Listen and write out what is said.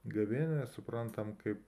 gavėnią suprantam kaip